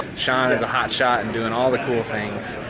shawn is a hotshot and doing all the cool things.